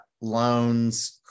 loans